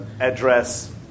address